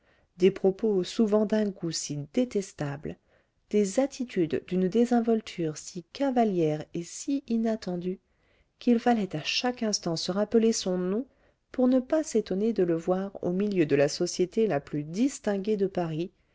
des propos souvent d'un goût si détestable des attitudes d'une désinvolture si cavalière et si inattendue qu'il fallait à chaque instant se rappeler son nom pour ne pas s'étonner de le voir au milieu de la société la plus distinguée de paris